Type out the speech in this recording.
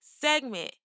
segment